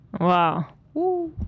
Wow